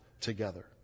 together